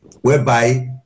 whereby